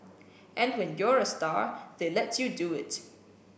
and when you're a star they let you do it